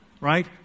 Right